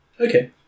Okay